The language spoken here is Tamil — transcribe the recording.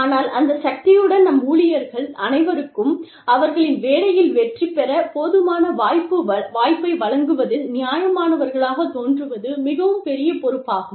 ஆனால் அந்த சக்தியுடன் நம் ஊழியர்கள் அனைவருக்கும் அவர்களின் வேலையில் வெற்றிபெற போதுமான வாய்ப்பை வழங்குவதில் நியாயமானவர்களாகத் தோன்றுவது மிகவும் பெரிய பொறுப்பாகும்